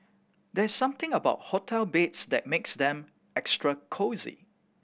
there's something about hotel beds that makes them extra cosy